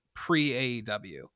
pre-AEW